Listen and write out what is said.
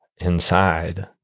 inside